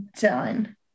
done